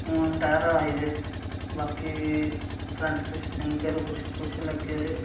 हून रिटायर आई गेदे न बाकी फ्रेंड कुछ सिंगर कुछ कुछ लग्गे दे